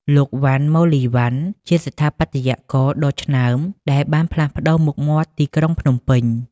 លោក វណ្ណ មូលីវណ្ណ ជាស្ថាបត្យករដ៏ឆ្នើមដែលបានផ្លាស់ប្តូរមុខមាត់ទីក្រុងភ្នំពេញ។